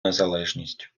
незалежність